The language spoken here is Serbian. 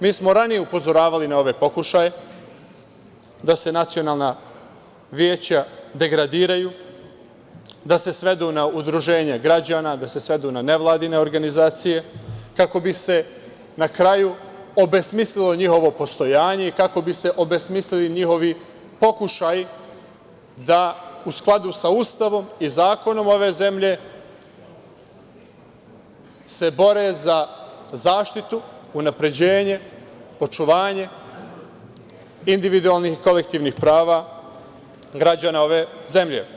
Mi smo ranije upozoravali na ove pokušaje da se nacionalna veća degradiraju, da se svedu na udruženja građana, da se svedu na nevladine organizacije, kako bi se na kraju obesmislilo njihovo postojanje i kako bi se obesmislili njihovi pokušaji da u skladu sa Ustavom i zakonom ove zemlje se bore za zaštitu, unapređenje, očuvanje individualnih i kolektivnih prava građana ove zemlje.